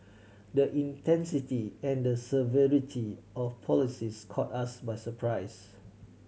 the intensity and the severity of policies caught us by surprise